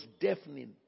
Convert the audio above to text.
deafening